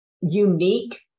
unique